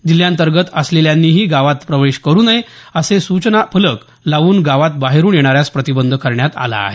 जिल्ह्यांतर्गत असलेल्यांनीही गावात प्रवेश करू नये असे सूचना फलक लावून गावात बाहेरून येणाऱ्यास प्रतिबंध करण्यात आला आहे